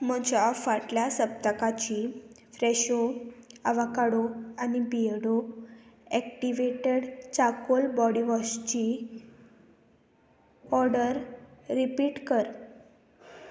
म्हज्या फाटल्या सप्तकाची फ्रॅशो आवाकाडो आनी बियर्डो एक्टिवेटड चारकोल बॉडीवॉशची ऑर्डर रिपीट कर